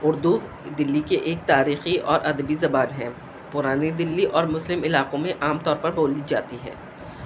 اردو دلی کی ایک تاریخی اور ادبی زبان ہے پرانی دلی اور مسلم علاقوں میں عام طور پر بولی جاتی ہے